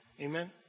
Amen